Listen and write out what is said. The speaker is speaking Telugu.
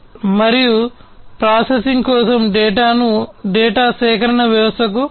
మరియు మరింత ప్రాసెసింగ్ కోసం డేటాను డేటా సేకరణ వ్యవస్థకు ప్రసారం చేయండి